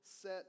set